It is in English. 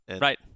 right